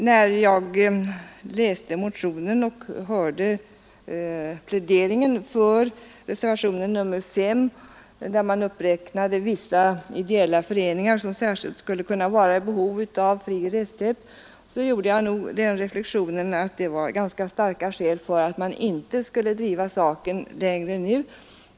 När jag läste motionen och hörde pläderingen för reservationen 5, vari uppräknas vissa ideella föreningar som särskilt skulle kunna vara i behov av fri rättshjälp, gjorde jag den reflexionen att det finns ganska starka skäl för att inte driva saken längre.